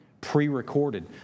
Pre-recorded